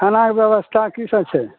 खानाके ब्यवस्था की सभ छै